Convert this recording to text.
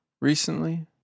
recently